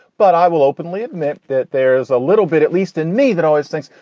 but i will openly admit that there is a little bit, at least in me, that always thinks,